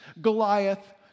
Goliath